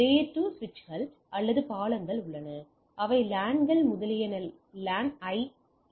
layer 2 சுவிட்சுகள் அல்லது பாலங்கள் உள்ளன அவை லேன்கள் முதலியன லேன் ஐ இணைக்கின்றன